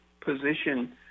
position